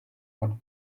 when